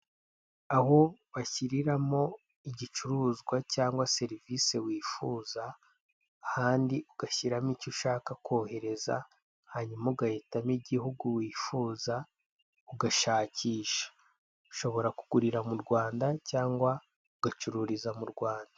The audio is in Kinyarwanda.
Aho bashyiriramo igicuruzwa cyangwa serivise wifuza, ahandi ugashyiramo icyo ushaka kohereza, hanyuma ugahitamo igihugu wifuza ugashakisha, ushobora kugurira mu Rwanda cyangwa ugacururiza mu Rwanda.